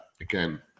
again